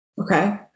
Okay